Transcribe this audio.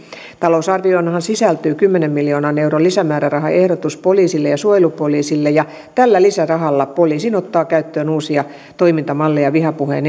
talousarvioonhan sisältyy kymmenen miljoonan euron lisämäärärahaehdotus poliisille ja suojelupoliisille ja tällä lisärahalla poliisi ottaa käyttöön uusia toimintamalleja vihapuheen